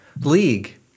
league